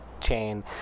chain